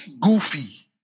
goofy